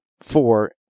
four